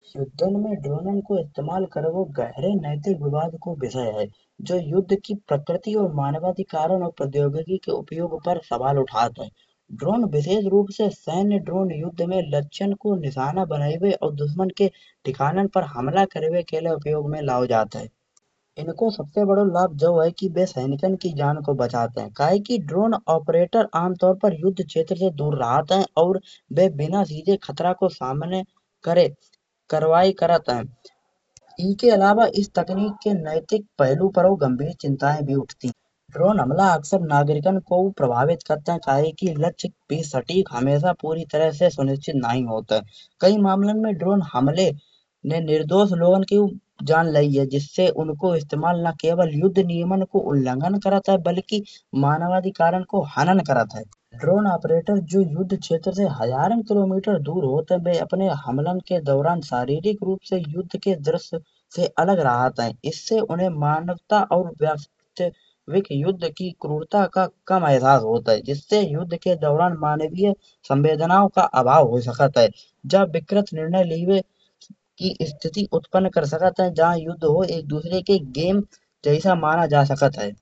युद्धन में इस्तेमाल करबो गहरे नैतिक विवाद को विषय है। जो युद्ध की प्रकृति और मानवीकरण प्रौद्योगिक उपयोग पर सवाल उठत है। ड्रोन विशेष रूप में सैन्य ड्रोन युगध में लक्ष्ण को निशान बनाइबे। और दुश्मनन के ठिकाना पर हमला करबे के लाये उपयोग में लाओ जात है। इनको सबसे बड़ो लाभ जो है कि जो सैनिकन की जान के बचाता है। काये कि ड्रोन ऑपरेटर आम तौर पे युद्ध क्षेत्र से दूर रहत है और वे बिना सीधे खतरा को सीधे करवाये करात है। इनके इलावा इस तकनीक के नैतिक पहलू पर गंभीर चिंताये भी उठती है। ड्रोन हमला अक्सर नागरिकन को प्रभावित करती है कायेकी लक्ष्य पे सटीक हमेशा पूरी तरह सुनिश्चित नई होत है। कई मामलन में ड्रोन हमले म निर्दोष लोगन के भी जान लई लेत है। जिससे उनको इस्तेमाल ना केवल युद्ध नियमन को उल्लंघन करात है बल्कि मानवीकरण को हानि करात है। ड्रोन ऑपरेटर जो युद्ध क्षेत्र से हजारौ किमी दूर होत है। वे अपने हमला के दरुआन शारीरिक रूप में युद्ध को दृश्य से अलग रहत है। इस्से उनकी मानवता और वास्तविक युद्धता का कम एहसास होत है। जिस्से युद्ध के दरुआन मानवीय सम्बन्धनाओ का आवाहन होई सकत है। जा विकृत निर्णय लइबे की स्थिति उत्पन्न कर सकत है जहा युद्ध होये जो एक दुसरे के गेम जैसे माना जा सकत है।